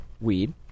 weed